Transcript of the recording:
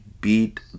beat